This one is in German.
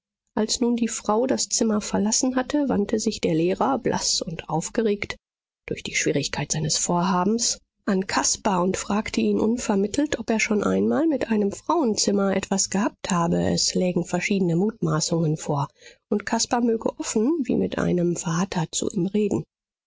als nun die frau das zimmer verlassen hatte wandte sich der lehrer blaß und aufgeregt durch die schwierigkeit seines vorhabens an caspar und fragte ihn unvermittelt ob er schon einmal mit einem frauenzimmer etwas gehabt habe es lägen verschiedene mutmaßungen vor und caspar möge offen wie mit einem vater zu ihm reden